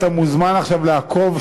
אתה מוזמן עכשיו לעקוב,